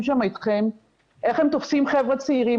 שם איתכם איך הם תופסים חבר'ה צעירים,